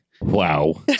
wow